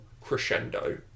crescendo